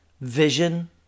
vision